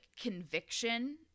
conviction